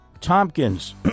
Tompkins